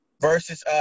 Versus